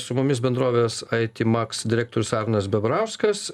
su mumis bendrovės ai ti maks direktorius arnas bebrauskas